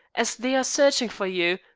as they are searching for you,